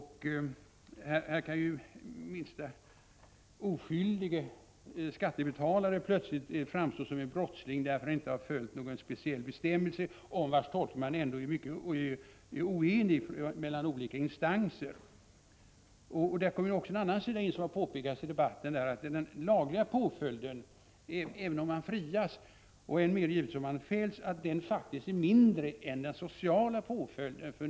Här kan minsta oskyldiga skattebetalare plötsligt framstå som en brottsling därför att han inte följt någon specialbestämmelse om vars tolkning man ändå är oenig mellan olika instanser. Här kommer också en annan sida in som har påpekats i debatten. Den lagliga påföljden är faktiskt, såväl om man frias som — och då givetvis än klarare — om man fälls, mindre än den sociala påföljden.